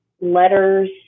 letters